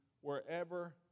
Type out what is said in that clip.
wherever